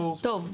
טוב,